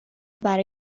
برای